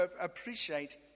appreciate